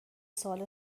سوال